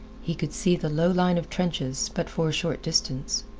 he could see the low line of trenches but for a short distance.